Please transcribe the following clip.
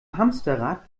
hamsterrad